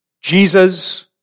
Jesus